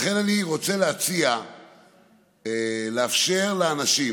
לכן, אני רוצה להציע לאפשר לאנשים,